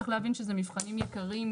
צריך להבין שזה מבחנים יקרים,